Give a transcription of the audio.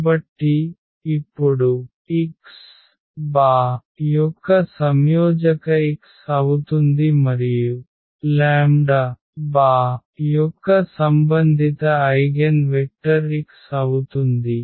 కాబట్టి ఇప్పుడు x యొక్క సంయోజక x అవుతుంది మరియు యొక్క సంబంధిత ఐగెన్ వెక్టర్ x అవుతుంది